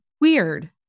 weird